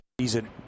season